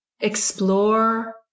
explore